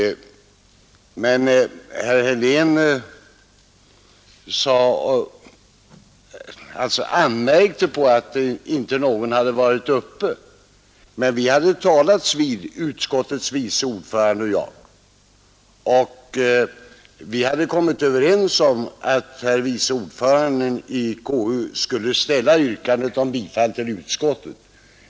Herr Helén anmärkte på att ingen från socialdemokratiskt håll hade deltagit i debatten. Konstitutionsutskottets vice ordförande och jag hade talats vid, och vi hade kommit överens om att han skulle ställa yrkandet om bifall till utskottets förslag.